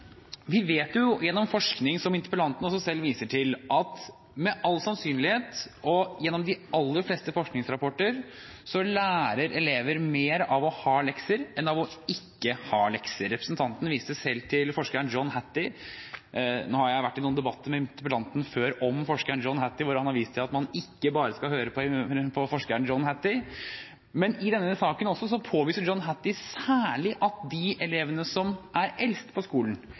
vi ut fra forskning, som interpellanten også selv viser til, at med all sannsynlighet – og ifølge de aller fleste forskningsrapporter – lærer elever mer av å ha lekser enn av ikke å ha lekser. Representanten viste selv til forskeren John Hattie. Nå har jeg vært i noen debatter med interpellanten før om forskeren John Hattie hvor han har vist til at man ikke bare skal høre på forskeren John Hattie, men i denne saken også påviser John Hattie særlig at de elevene som er eldst på skolen,